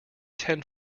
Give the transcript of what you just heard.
ten